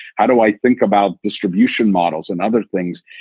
how do i think about distribution models and other things?